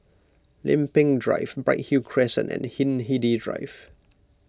Lempeng Drive Bright Hill Crescent and Hindhede Drive